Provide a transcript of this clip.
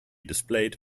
displayed